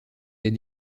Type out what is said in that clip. des